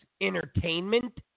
entertainment